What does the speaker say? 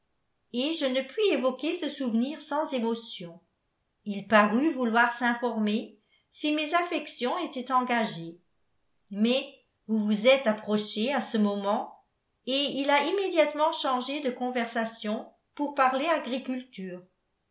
et je ne puis évoquer ce souvenir sans émotion il parut vouloir s'informer si mes affections étaient engagées mais vous vous êtes approchée à ce moment et il a immédiatement changé de conversation pour parler agriculture